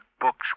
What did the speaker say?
books